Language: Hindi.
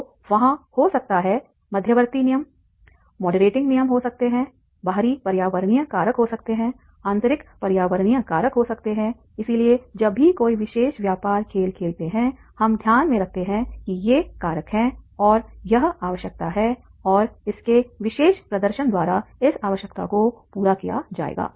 तो वहाँ हो सकता है मध्यवर्ती नियम मॉडरेटिंग नियम हो सकते हैं बाहरी पर्यावरणीय कारक हो सकते हैं आंतरिक पर्यावरणीय कारक हो सकते हैं इसलिए जब भी कोई विशेष व्यापार खेल खेलते हैं हम ध्यान में रखते हैं कि ये कारक हैं और यह आवश्यकता है और इसके विशेष प्रदर्शन द्वारा इस आवश्यकता को पूरा किया जाएगा